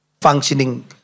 functioning